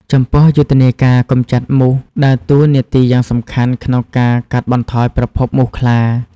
ចំពោះ យុទ្ធនាការកម្ចាត់មូសដើរតួនាទីយ៉ាងសំខាន់ក្នុងការកាត់បន្ថយប្រភពមូសខ្លា។